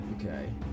Okay